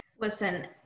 listen